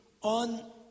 on